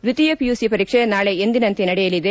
ದ್ವಿತೀಯ ಪಿಯುಸಿ ಪರೀಕ್ಷೆ ನಾಳೆ ಎಂದಿನಂತೆ ನಡೆಯಲಿದೆ